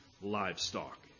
livestock